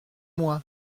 moi